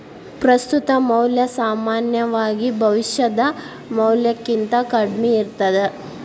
ಪ್ರಸ್ತುತ ಮೌಲ್ಯ ಸಾಮಾನ್ಯವಾಗಿ ಭವಿಷ್ಯದ ಮೌಲ್ಯಕ್ಕಿಂತ ಕಡ್ಮಿ ಇರ್ತದ